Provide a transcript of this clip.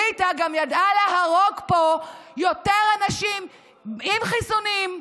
האליטה גם ידעה להרוג פה יותר אנשים עם חיסונים,